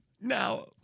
Now